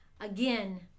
again